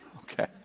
Okay